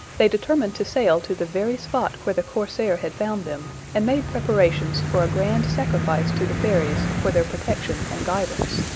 they determined to sail to the very spot where the corsair had found them, and made preparations for a grand sacrifice to the fairies, for their protection and guidance.